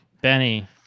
Benny